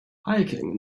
hiking